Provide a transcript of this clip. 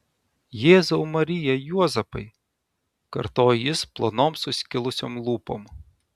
jėzau marija juozapai kartojo jis plonom suskilusiom lūpom